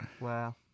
Wow